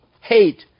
hate